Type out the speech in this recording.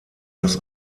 dass